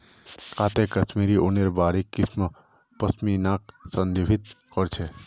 काते कश्मीरी ऊनेर बारीक किस्म पश्मीनाक संदर्भित कर छेक